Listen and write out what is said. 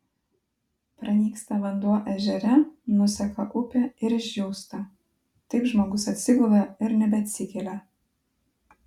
pranyksta vanduo ežere nuseka upė ir išdžiūsta taip žmogus atsigula ir nebeatsikelia